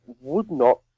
would-not